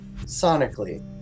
sonically